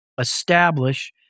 establish